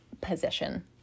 position